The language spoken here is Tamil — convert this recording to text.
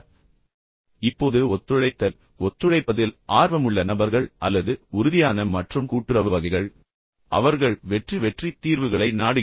இப்போது ஒத்துழைத்தல் இப்போது ஒத்துழைப்பதில் ஆர்வமுள்ள நபர்கள் அல்லது உறுதியான மற்றும் கூட்டுறவு வகைகள் ஆனால் பின்னர் அவர்கள் வெற்றி வெற்றி தீர்வுகளை நாடுகிறார்கள்